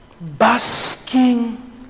basking